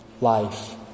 life